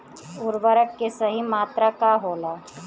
उर्वरक के सही मात्रा का होला?